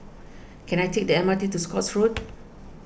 can I take the M R T to Scotts Road